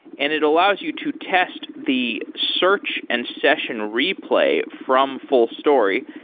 and it allows you to test the search and session replay from fullstory.